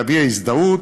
להביע הזדהות?